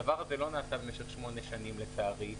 הדבר הזה לא נעשה במשך שמונה שנים, לצערי.